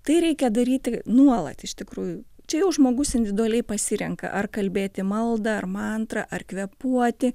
tai reikia daryti nuolat iš tikrųjų čia jau žmogus individualiai pasirenka ar kalbėti maldą ar mantrą ar kvėpuoti